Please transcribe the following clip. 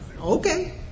Okay